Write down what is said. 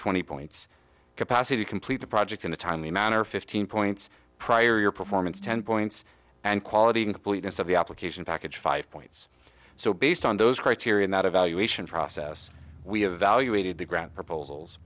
twenty points capacity to complete the project in a timely manner fifteen points prior performance ten points and quality incompleteness of the application package five points so based on those criteria that evaluation process we evaluated the grant proposals